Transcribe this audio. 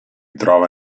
trova